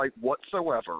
whatsoever